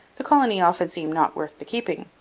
the colony often seemed not worth the keeping.